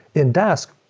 in dask,